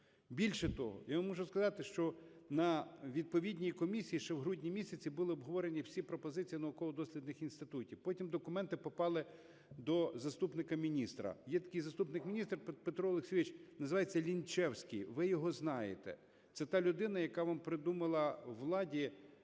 Більше того, я вам можу сказати, що на відповідній комісії ще в грудні місяці були обговорені всі пропозиції науково-дослідних інститутів. Потім документи попали до заступника міністра. Є такий заступник міністра, Петро Олексійович, називається Лінчевський, ви його знаєте. Це та людина, яка вам придумала, владі,